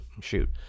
Shoot